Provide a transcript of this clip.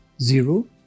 zero